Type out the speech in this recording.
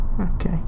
Okay